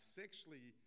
sexually